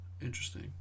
Interesting